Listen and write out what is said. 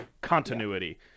continuity